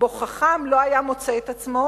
שבו חכם לא היה מוצא את עצמו,